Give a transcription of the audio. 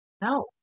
No